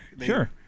Sure